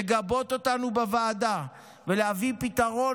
לגבות אותנו בוועדה ולהביא פתרון